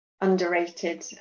underrated